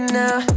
now